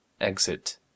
Exit